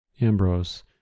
Ambrose